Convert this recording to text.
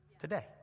Today